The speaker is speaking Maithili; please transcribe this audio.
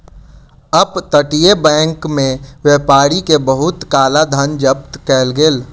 अप तटीय बैंक में व्यापारी के बहुत काला धन जब्त कएल गेल